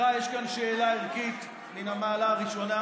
חבריי, יש כאן שאלה ערכית מן המעלה הראשונה,